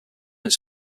its